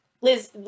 liz